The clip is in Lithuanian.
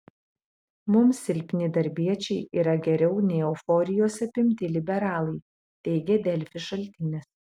mums silpni darbiečiai yra geriau nei euforijos apimti liberalai teigė delfi šaltinis